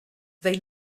they